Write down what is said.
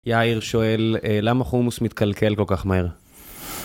יאיר שואל למה חומוס מתקלקל כל כך מהר?